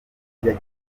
icyo